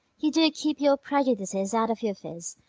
you do keep your prejudices out of your phiz.